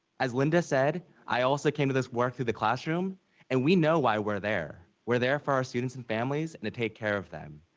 as linda said, i also came to this work through the classroom and we know why we're there. we're there for our students and families and to take care of them.